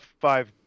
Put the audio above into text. five